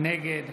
נגד